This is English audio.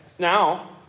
Now